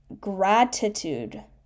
gratitude